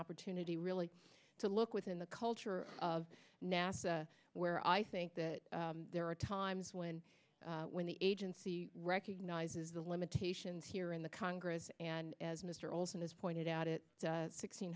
opportunity really to look within the culture of nasa where i think that there are times when when the agency recognizes the limitations here in the congress and as mr olson has pointed out it